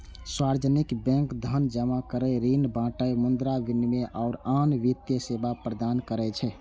सार्वजनिक बैंक धन जमा करै, ऋण बांटय, मुद्रा विनिमय, आ आन वित्तीय सेवा प्रदान करै छै